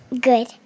good